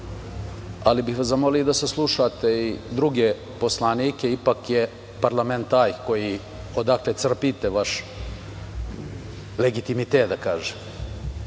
ali bih vas zamolio da saslušate i druge poslanike. Ipak je parlament taj odakle crpite vaš legitimitet, da kažem.